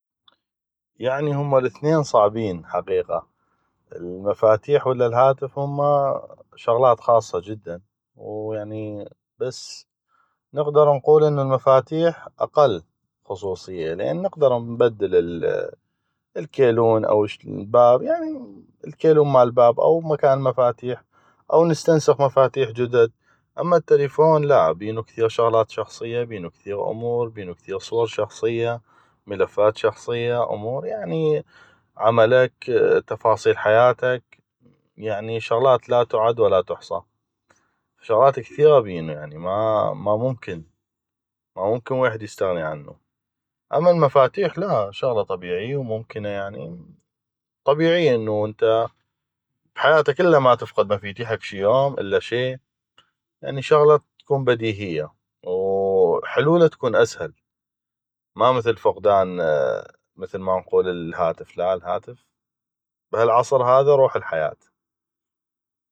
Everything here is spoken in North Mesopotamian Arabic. يعني همه الاثنين صعبين حقيقة المفاتيح والا الهاتف همه شغلات خاصة جدا ويعني بس نقدر نقول انو المفاتيح اقل خصوصية لان نقدر نبدل الكيلون او الباب او الكيلون مال باب او بمكان مفاتيح او نستنسخ مفاتيح جدد اما التلفون لا بينو كثيغ شغلات شخصية بينو كثيغ امور بينو كثيغ صور شخصية ملفات شخصية يعني عملك تفاصيل حياتك يعني شغلات لا تعد ولا تحصى شغلات كثيغ بينو ما ممكن ويحد يستغني عنو اما المفاتيح لا شغلة طبيعي وممكنة يعني طبيعي انو انته بحياتك الا ما تفقد مفيتيحك شي يوم الا شي يعني شغلة تكون بديهية وحلوله تكون اسهل ما مثل فقدان الهاتف لا الهاتف بهالعصر روح الحياة